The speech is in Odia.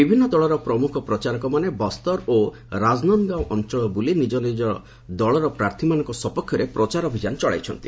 ବିଭିନ୍ନ ଦଳର ପ୍ରମୁଖ ପ୍ରଚାରକମାନେ ବସ୍ତର ଓ ରାଜନନ୍ଦଗାଓଁ ଅଞ୍ଚଳରେ ବୁଲି ନିଜ ଦଳର ପ୍ରାର୍ଥୀମାନଙ୍କ ସପକ୍ଷରେ ପ୍ରଚାର ଅଭିଯାନ ଚଳାଇଛନ୍ତି